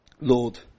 Lord